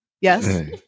yes